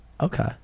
Okay